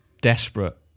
desperate